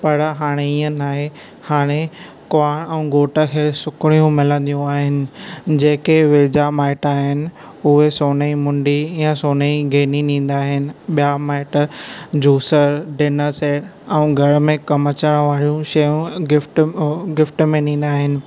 पर हाणे इएं न आहे हाणे कुंवार ऐं घोट खे सूखिड़ियूं मिलंदियूं आहिनि जेके वेझा माइट आहिनि उहे सोन जी मुंडी या सोन जी गेनी ॾींदा आहिनि ॿिया माइट जूसर डिनर सेट ऐं घरु में कमु अचणु वारियूं शयूं गिफ्ट में ॾींदा आहिनि